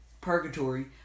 Purgatory